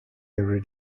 every